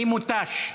אני מותש.